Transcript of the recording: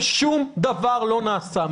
ושום דבר לא נעשה.